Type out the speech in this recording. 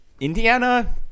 Indiana